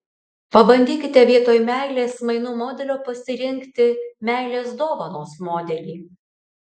pabandykite vietoj meilės mainų modelio pasirinkti meilės dovanos modelį